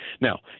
Now